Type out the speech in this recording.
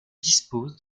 disposent